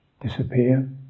disappear